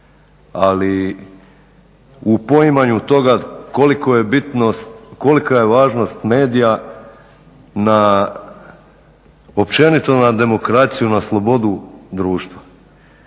ali u poimanju toga kolika je važnost medija na, općenito na demokraciju, na slobodu društva.